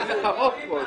אין לך רוב פה.